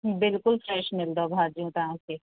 बिल्कुलु फ्रैश मिलंदव भाॼियूं तव्हांखे